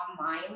online